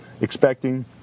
expecting